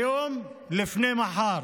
היום לפני מחר.